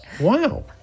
Wow